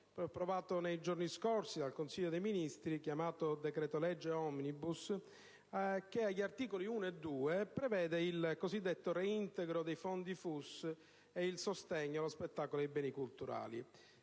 approvato nei giorni scorsi dal Consiglio dei ministri, chiamato decreto-legge *omnibus*, che agli articoli 1 e 2 prevede il reintegro dei fondi FUS e il sostegno allo spettacolo e ai beni culturali.